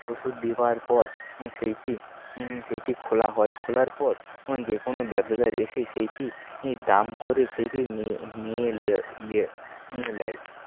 ওষুধ দেওয়ার পর সেইটি সেইটি খোলা হয় খোলার পর যে কোনও ব্যবসাদার এসে সেইটি ইঁ দাম করে সেইটি নিয়ে নিয়ে নিয়ে নেয়